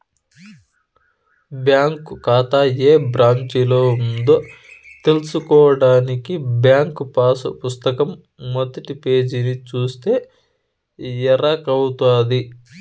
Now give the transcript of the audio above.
bank కాతా ఏ బ్రాంచిలో ఉందో తెల్సుకోడానికి బ్యాంకు పాసు పుస్తకం మొదటి పేజీని సూస్తే ఎరకవుతది